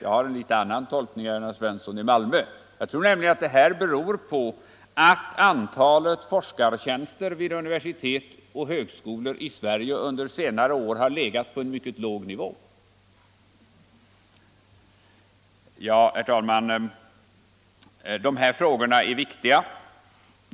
Jag har en annan tolkning än herr Svensson i Malmö. Jag tror nämligen att det här beror på att antalet forskartjänster vid universitet och högskolor i Sverige under senare år har legat på en mycket låg nivå. Herr talman! Dessa frågor är viktiga.